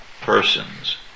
persons